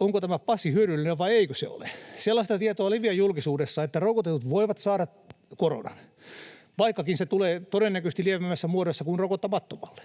onko tämä passi hyödyllinen vai eikö se ole. Sellaista tietoa leviää julkisuudessa, että rokotetut voivat saada koronan, vaikkakin se tulee todennäköisesti lievemmässä muodossa kuin rokottamattomalle.